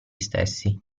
stessi